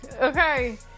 Okay